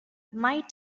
might